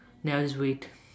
then I'll just wait